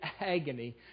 agony